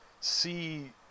see